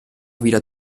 wieder